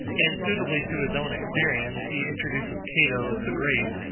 and suitably to his own experience, he introduces cato, the great,